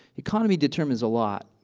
economy determines a lot.